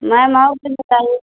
ma'am और फिर बताइए